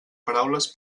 paraules